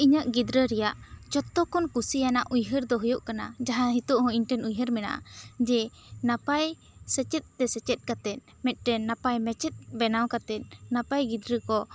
ᱤᱧᱟᱹᱜ ᱜᱤᱫᱽᱨᱟᱹ ᱨᱮᱱᱟᱜ ᱡᱚᱛᱚ ᱠᱷᱚᱱ ᱠᱩᱥᱤᱭᱟᱱᱟᱜ ᱩᱭᱦᱟᱹᱨ ᱫᱚ ᱦᱩᱭᱩᱜ ᱠᱟᱱᱟ ᱢᱟᱦᱟᱸ ᱱᱤᱛᱚᱜ ᱦᱚᱸ ᱤᱧ ᱴᱷᱮᱱ ᱩᱭᱦᱟᱹᱨ ᱢᱮᱱᱟᱜ ᱟ ᱡᱮ ᱱᱟᱯᱟᱭ ᱥᱮᱪᱮᱫ ᱛᱮ ᱥᱮᱪᱮᱫ ᱠᱟᱛᱮᱜ ᱢᱤᱫ ᱴᱮᱱ ᱱᱟᱯᱟᱭ ᱢᱟᱪᱮᱫ ᱵᱮᱱᱟᱣ ᱠᱟᱛᱮᱜ ᱱᱟᱯᱟᱭ ᱜᱤᱫᱽᱨᱟᱹ ᱠᱚ